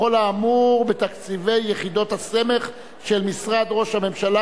בכל האמור בתקציבי יחידות הסמך של משרד ראש הממשלה